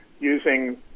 using